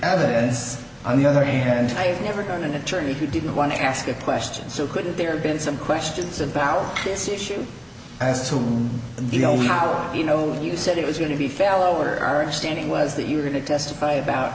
evidence on the other hand i've never done an attorney who didn't want to ask a question so could there have been some questions about this issue as to the only power you know you said it was going to be fallow or are standing was that you're going to testify about